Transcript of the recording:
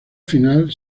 final